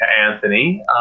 Anthony